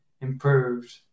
improved